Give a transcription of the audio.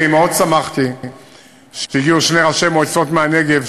אני מאוד שמחתי שהגיעו שני ראשי מועצות מהנגב,